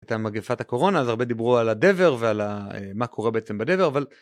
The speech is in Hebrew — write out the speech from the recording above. את המגפת הקורונה, והרבה דיברו על הדבר ועל המה קורה בעצם בדבר, אבל...